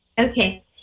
okay